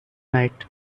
night